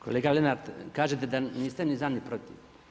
Kolega Lenart kažete da niste ni za, ni protiv.